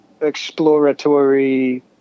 exploratory